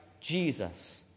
Jesus